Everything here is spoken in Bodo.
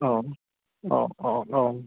औ औ औ औ